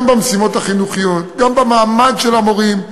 גם במשימות החינוכיות, גם במעמד המורים.